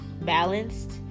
balanced